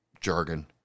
Jargon